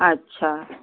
अच्छा